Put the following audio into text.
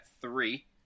three